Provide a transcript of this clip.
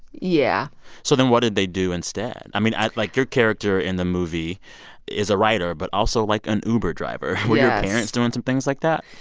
yeah so then what did they do instead? i mean, i like, your character in the movie is a writer but also, like, an uber driver. were your yeah parents doing some things like that?